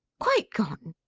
quite gone!